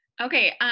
Okay